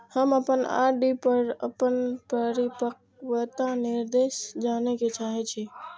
हम अपन आर.डी पर अपन परिपक्वता निर्देश जाने के चाहि छी